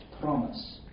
Promise